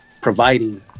providing